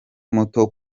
muto